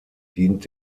dient